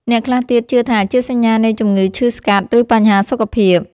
អ្នកខ្លះទៀតជឿថាជាសញ្ញានៃជំងឺឈឺស្កាត់ ឬបញ្ហាសុខភាព។